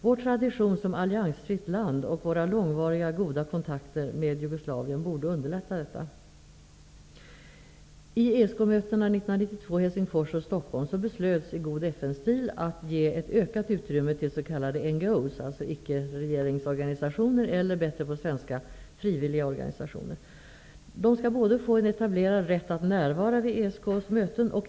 Vår tradition som alliansfritt land och våra långvariga goda kontakter med Jugoslavien borde underlätta detta. Vid ESK:s möten i Helsingfors och Stockholm beslöts i god FN-stil att ge ett ökat utrymme åt s.k. NGO:s, dvs. ''icke-regeringsorganisationer''. På bättre svenska kan man kalla dem frivilliga organisationer. Dessa organisationer skall få en etablerad rätt att närvara vid ESK:s möten.